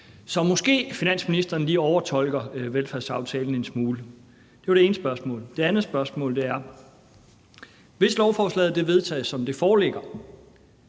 Så måske finansministeren lige overtolker velfærdsaftalen en smule. Det var det ene spørgsmål. Det andet spørgsmål er: Hvis lovforslaget vedtages, som det foreligger,